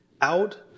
out